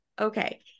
Okay